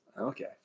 Okay